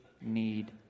need